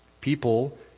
People